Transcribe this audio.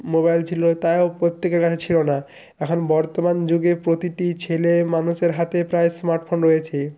mobile ছিলো তাও প্রত্যেকের কাছে ছিলো না এখন বর্তমান যুগে প্রতিটি ছেলে মানুষের হাতে প্রায় স্মার্টফোন রয়েছে